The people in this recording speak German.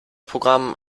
programm